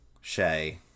Shay